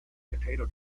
potato